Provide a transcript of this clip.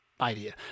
idea